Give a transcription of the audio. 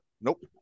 Nope